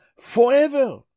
forever